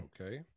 Okay